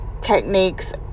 techniques